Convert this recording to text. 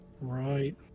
Right